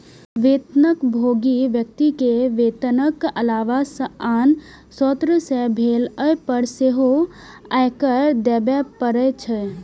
वेतनभोगी व्यक्ति कें वेतनक अलावा आन स्रोत सं भेल आय पर सेहो आयकर देबे पड़ै छै